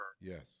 Yes